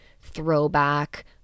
throwback